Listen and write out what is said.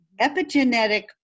epigenetic